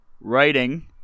writing